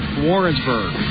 Warrensburg